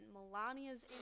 Melania's